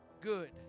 good